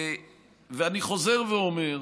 אני חוזר ואומר,